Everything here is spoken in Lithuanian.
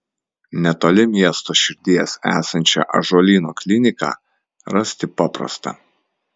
netoli miesto širdies esančią ąžuolyno kliniką rasti paprasta